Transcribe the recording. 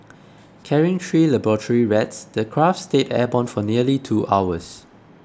carrying three laboratory rats the craft stayed airborne for nearly two hours